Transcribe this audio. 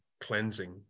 cleansing